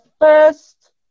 first